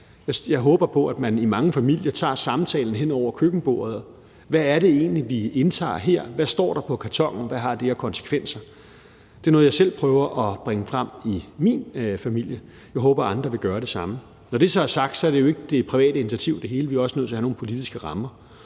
Jeg håber på, at man i mange familier tager samtalen hen over køkkenbordet: Hvad er det egentlig, vi indtager her? Hvad står der på kartonen? Hvad har det af konsekvenser? Det er noget, jeg selv prøver at bringe frem i min familie. Jeg håber, andre vil gøre det samme. Når det så er sagt, handler det hele jo ikke om det private initiativ. Vi er også nødt til at have nogle politiske rammer.